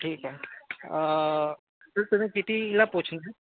ठीक आहे सर तुम्ही कितीला पोचेल